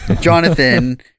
Jonathan